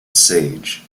sage